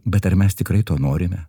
bet ar mes tikrai to norime